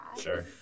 Sure